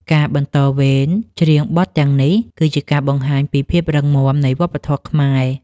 ការបន្តវេនច្រៀងបទទាំងនេះ គឺជាការបង្ហាញពីភាពរឹងមាំនៃវប្បធម៌ខ្មែរ។